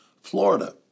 Florida